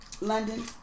London